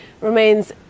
remains